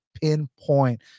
pinpoint